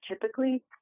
typically